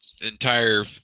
entire